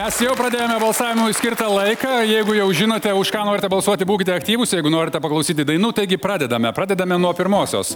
mes jau pradėjome balsavimui skirta laiką jeigu jau žinote už ką norite balsuoti būkite aktyvūs jeigu norite paklausyti dainų taigi pradedame pradedame nuo pirmosios